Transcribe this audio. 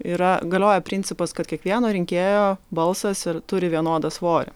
yra galioja principas kad kiekvieno rinkėjo balsas ir turi vienodą svorį